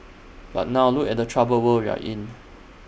but now look at the troubled world we are in